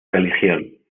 religión